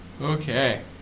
Okay